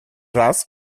раз